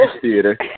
theater